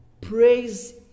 praise